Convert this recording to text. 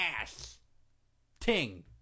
ass-ting